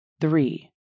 Three